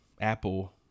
Apple